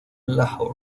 lahore